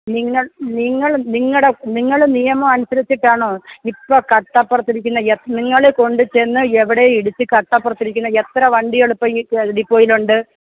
നിങ്ങള് നിങ്ങള് നിങ്ങളുടെ നിങ്ങള് നിയമമനുസരിച്ചിട്ടാണോ ഇപ്പോള് കട്ടപ്പുറത്തിരിക്കുന്ന എ നിങ്ങളെ കൊണ്ടുചെന്ന് എവിടെ ഇടിച്ച് കട്ടപ്പുറത്തിരിക്കുന്ന എത്ര വണ്ടികള് ഇപ്പോള് ഈ ഡിപ്പോയിലുണ്ട്